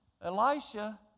Elisha